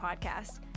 podcast